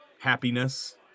happiness